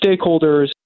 stakeholders